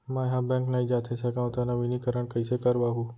मैं ह बैंक नई जाथे सकंव त नवीनीकरण कइसे करवाहू?